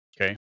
Okay